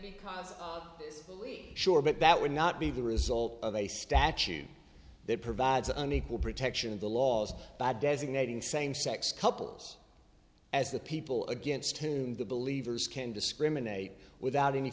belief sure but that would not be the result of a statute that provides an equal protection of the laws by designating same sex couples as the people against whom the believers can discriminate without any